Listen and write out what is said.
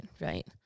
right